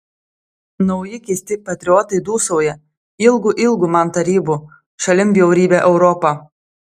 nauji keisti patriotai dūsauja ilgu ilgu man tarybų šalin bjaurybę europą